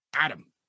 Adam